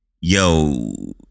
yo